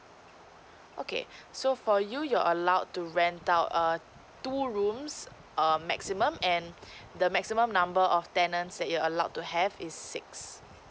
okay so for you you're allowed to rent out err two rooms a maximum and the maximum number of tenants that you're allowed to have is six